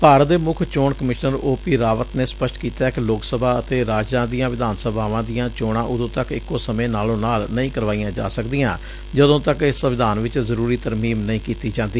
ਭਾਰਤ ਦੇ ਮੁਖ ਚੋਣ ਕਮਿਸ਼ਨਰ ਓ ਪੀ ਰਾਵਤ ਨੇ ਸਪਸ਼ਟ ਕੀਤੈ ਕਿ ਲੋਕ ਸਭਾ ਅਤੇ ਰਾਜਾਂ ਦੀਆਂ ਵਿਧਾਨ ਸਭਾਵਾਂ ਦੀਆਂ ਚੋਣਾਂ ਉਦੋਂ ਤੱਕ ਇਕੋ ਸਮੇਂ ਨਾਲੋ ਨਾਲ ਨਹੀਂ ਕਰਵਾਈਆਂ ਜਾ ਸਕਦੀਆਂ ਜਦੋਂ ਤੱਕ ਸੰਵਿਧਾਨ ਵਿਚ ਜ਼ਰੁਰੀ ਤਰਮੀਮ ਨਹੀਂ ਕੀਤੀ ਜਾਂਦੀ